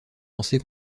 lancée